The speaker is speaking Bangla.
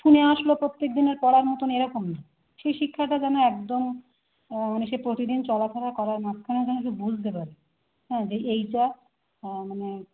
শুনে আসলো প্রত্যেক দিনের পড়ার মতন এরকম নয় সেই শিক্ষাটা যেন একদম মানে সে প্রতিদিন চলাফেরা করার মধ্যমে যেন সে বুঝতে পারে হ্যাঁ যে এইটা মানে